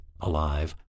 alive